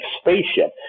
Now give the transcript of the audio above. spaceship